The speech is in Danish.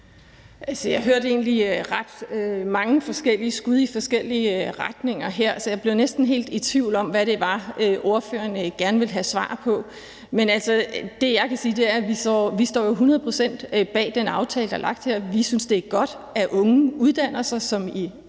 egentlig ret mange forskellige skud i forskellige retninger her, så jeg bliver næsten helt i tvivl om, hvad det var, ordføreren gerne ville have svar på. Men altså, det, jeg kan sige, er, at vi jo står hundrede procent bag den aftale, der er lavet her. Vi synes, det er godt, at unge uddanner sig – som i